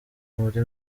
muri